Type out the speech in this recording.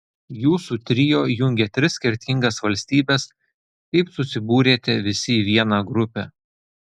jūsų trio jungia tris skirtingas valstybes kaip susibūrėte visi į vieną grupę